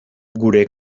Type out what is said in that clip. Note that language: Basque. gure